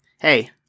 Hey